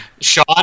Sean